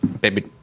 Baby